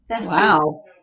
wow